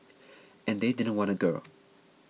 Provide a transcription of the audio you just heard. and they didn't want a girl